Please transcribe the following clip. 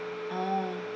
ah